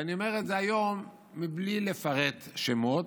אני אומר את זה היום בלי לפרט שמות,